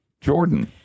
Jordan